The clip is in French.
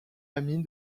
amies